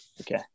Okay